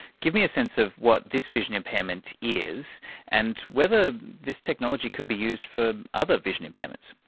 give me a sense of what this vision impairment is and whether this technology could be used for other vision impairments.